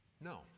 no